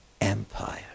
Empire